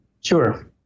Sure